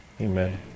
Amen